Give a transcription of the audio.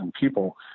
people